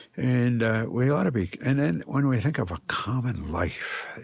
and we ought to be and then when we think of ah common life,